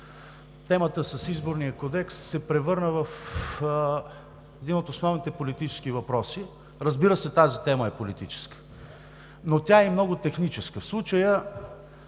Темата с Изборния кодекс се превърна в един от основните политически въпроси. Разбира се, тази тема е политическа, но тя е и много техническа. В случая